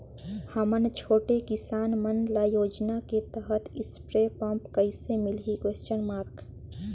हमन छोटे किसान मन ल योजना के तहत स्प्रे पम्प कइसे मिलही?